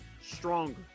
stronger